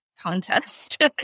contest